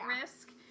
risk